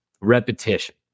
Repetition